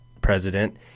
president